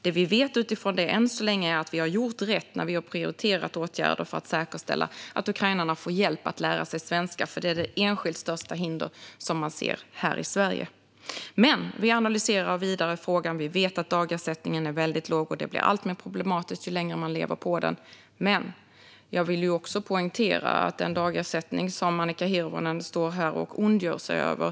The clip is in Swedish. Det vi än så länge vet utifrån det är att vi har gjort rätt när vi har prioriterat åtgärder för att säkerställa att ukrainarna får hjälp att lära sig svenska. Att inte kunna svenska är det enskilt största hinder som man ser här i Sverige. Vi analyserar frågan vidare. Vi vet att dagersättningen är väldigt låg, och det blir alltmer problematiskt ju längre man lever på den. Men jag vill också poängtera något när det gäller den dagersättning som Annika Hirvonen står här och ondgör sig över.